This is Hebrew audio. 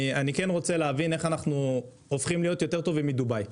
אני כן רוצה להבין איך אנחנו הופכים להיות יותר טובים מדובאי.